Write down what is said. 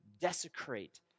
desecrate